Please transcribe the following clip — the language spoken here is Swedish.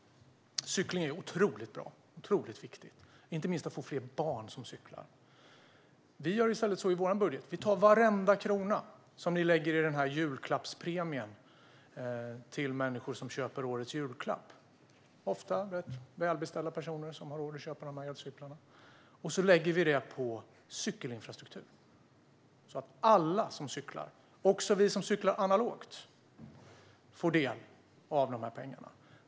Cykling är otroligt bra och viktigt, inte minst när det gäller att få fler barn att cykla. I vår budget tar vi i stället varenda krona som ni lägger på den här julklappspremien till människor som köper årets julklapp - ofta rätt välbeställda personer som har råd att köpa de här elcyklarna - och så lägger vi pengarna på cykelinfrastruktur så att alla som cyklar, också vi som cyklar analogt, får del av dem.